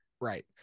Right